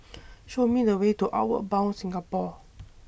Show Me The Way to Outward Bound Singapore